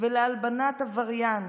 ולהלבנת עבריין?